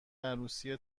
عروسی